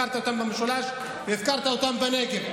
הפקרת אותם במשולש והפקרת אותם בנגב.